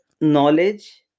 knowledge